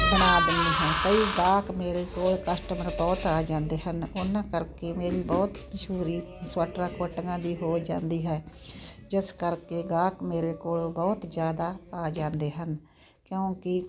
ਬਣਾ ਦੇਣੀ ਹਾਂ ਕਈ ਗਾਹਕ ਮੇਰੇ ਕੋਲ ਕਸਟਮਰ ਬਹੁਤ ਆ ਜਾਂਦੇ ਹਨ ਉਹਨਾਂ ਕਰਕੇ ਮੇਰੀ ਬਹੁਤ ਮਸ਼ਹੂਰੀ ਸਵੈਟਰਾਂ ਕੋਟੀਆਂ ਦੀ ਹੋ ਜਾਂਦੀ ਹੈ ਜਿਸ ਕਰਕੇ ਗਾਹਕ ਮੇਰੇ ਕੋਲ ਬਹੁਤ ਜ਼ਿਆਦਾ ਆ ਜਾਂਦੇ ਹਨ ਕਿਉਂਕਿ